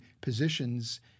positions